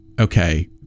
okay